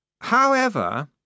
However